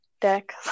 deck